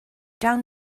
down